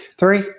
Three